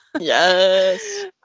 Yes